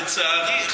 לצערי,